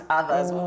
others